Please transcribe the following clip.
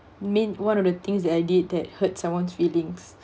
mean one of the things that I did that hurt someone's feelings